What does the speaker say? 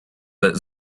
that